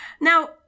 Now